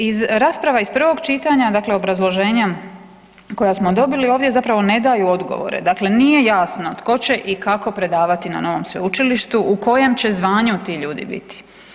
Iz rasprava iz prvog čitanja, dakle obrazloženja koja smo dobili ovdje zapravo ne daju odgovore, dakle nije jasno tko će i kako predavati na novom sveučilištu, u kojem će zvanju ti ljudi biti?